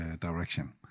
direction